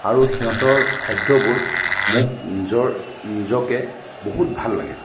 আৰু সিহঁতৰ খাদ্যবোৰ মোক নিজৰ নিজকে বহুত ভাল লাগে